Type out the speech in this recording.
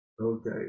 Okay